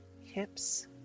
hips